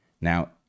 Now